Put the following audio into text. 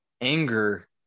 Anger